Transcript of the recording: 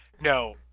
No